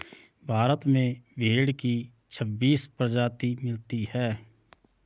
भारत में भेड़ की छब्बीस प्रजाति मिलती है